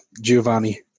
giovanni